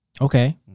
Okay